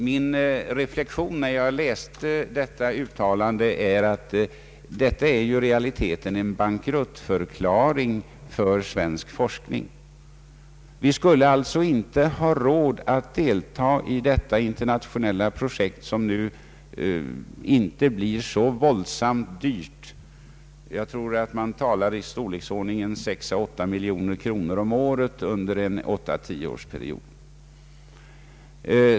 Min reflexion när jag läste detta uttalande var att det i realiteten är en bankruttförklaring för svensk forskning. Vi skulle alltså inte ha råd att delta i detta internationella projekt som nu inte blir så våldsamt dyrt — det talas om 6 å 8 miljoner kronor om året under en 8—10-årsperiod.